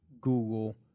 Google